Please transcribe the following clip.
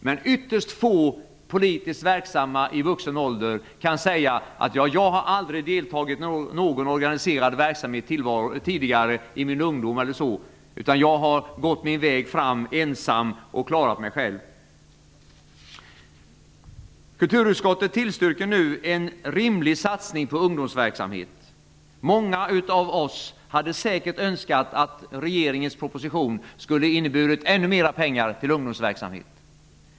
Men ytterst få som är politiskt verksamma kan i vuxen ålder säga: Jag har aldrig deltagit i någon organiserad verksamhet i min ungdom. Jag har gått min väg ensam och klarat mig själv. Kulturutskottet tillstyrker nu en rimlig satsning på ungdomsverksamhet. Många av oss hade säkert önskat att regeringens proposition hade inneburit ännu mer pengar till ungdomsverksamheten.